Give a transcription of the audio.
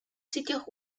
sitios